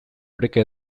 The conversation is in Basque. oreka